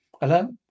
Hello